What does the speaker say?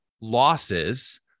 losses